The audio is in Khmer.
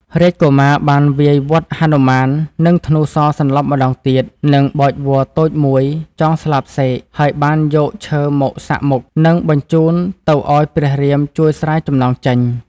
រាជកុមារបានវាយវាត់ហនុមាននឹងធ្នូសរសន្លប់ម្តងទៀតនិងបោចវល្លិ៍តូចមួយចងស្លាបសេក ហើយបានយកឈើមកសាក់មុខ និងបញ្ជូនទៅអោយព្រះរាមជួយស្រាយចំណងចេញ។